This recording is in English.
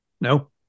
No